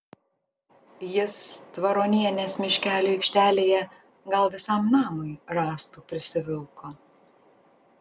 jis tvaronienės miškelio aikštelėje gal visam namui rąstų prisivilko